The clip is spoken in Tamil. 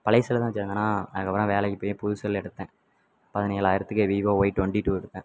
பழைய செல்லு தான் வச்சுருந்தேன்னா அதுக்கப்புறம் வேலைக்கு போய் புது செல்லு எடுத்தேன் பதினேழாயிரத்துக்கு வீவோ ஒய் டொண்ட்டி டூ எடுத்தேன்